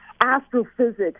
astrophysics